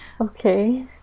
Okay